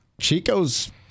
Chico's